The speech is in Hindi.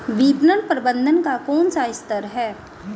विपणन प्रबंधन का कौन सा स्तर है?